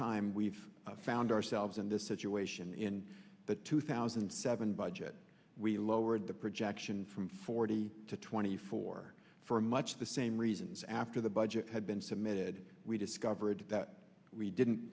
time we've found ourselves in this situation in the two thousand and seven budget we lowered the projection from forty to twenty four for a much the same reasons after the budget had been submitted we discovered that we didn't